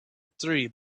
tree